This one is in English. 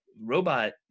robot